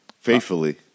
Faithfully